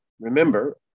remember